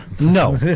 No